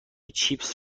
چیپس